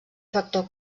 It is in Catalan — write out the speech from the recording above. factor